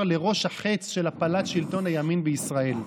לראש החץ של הפלת שלטון הימין בישראל.